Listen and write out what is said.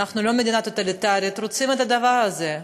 אנחנו לא מדינה טוטליטרית, רוצים את הדבר הזה?